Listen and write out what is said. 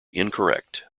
incorrect